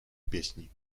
pieśni